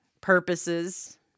purposes